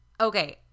okay